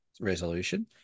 resolution